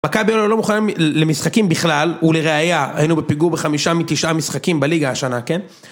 מכבי לא היינו מוכנים למשחקים בכלל, ולראייה היינו בפיגור בחמישה מתשעה משחקים בליגה השנה, כן?